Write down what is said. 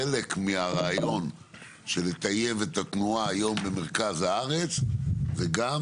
חלק מהרעיון של לטייב את התנועה היום במרכז הארץ זה גם